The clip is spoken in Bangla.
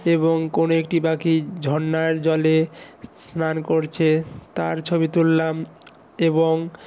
এবং কোনো একটি পাখি ঝর্নার জলে স্নান করছে তার ছবি তুললাম এবং